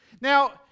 Now